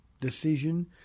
decision